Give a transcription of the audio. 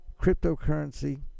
cryptocurrency